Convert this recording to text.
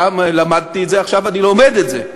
פעם למדתי את זה, עכשיו אני לומד את זה.